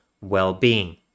well-being